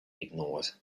ignored